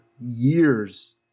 years